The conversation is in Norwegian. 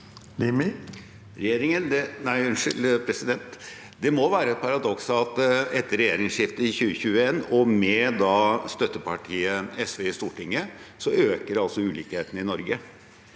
Det må være et paradoks at etter regjeringsskiftet i 2021, og da med støttepartiet SV i Stortinget, øker altså ulikhetene i Norge.